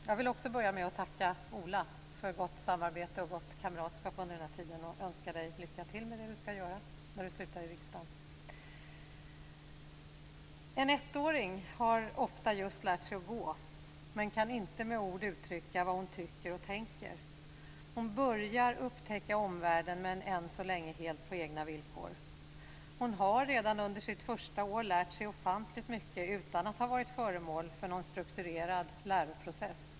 Fru talman! Jag skall börja med att tacka Ola för gott samarbete och kamratskap. Jag önskar dig lycka till i det du skall göra när du slutar i riksdagen. En 1-åring har ofta just lärt sig att gå men inte med egna ord uttrycka vad hon tycker och tänker. Hon börjar upptäcka omvärlden men än så länge helt på egna villkor. Hon har redan under sitt första år lärt sig ofantligt mycket utan att ha varit föremål för någon strukturerad läroprocess.